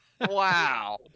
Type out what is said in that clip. Wow